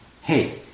Hey